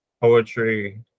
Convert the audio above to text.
poetry